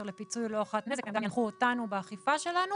לפיצוי להוכחת נזק והם גם ינחו אותנו באכיפה שלנו